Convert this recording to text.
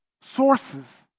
Sources